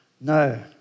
No